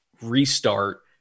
restart